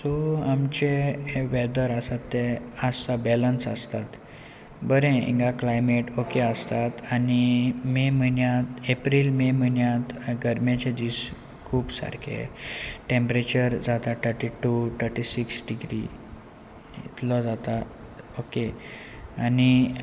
so आमचे weather आसात ते आसता बॅलन्स आसतात बरें हिंगा क्लायमेट ओके आसतात आनी मे म्हयन्यांत एप्रील मे म्हयन्यांत गरमेचे दीस खूब सारके टेम्परेचर जाता thirty two thirty six degree इतलो जाता ओके आनी